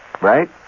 right